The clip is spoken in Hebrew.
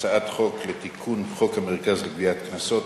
הצעת חוק לתיקון חוק המרכז לגביית קנסות,